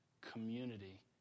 community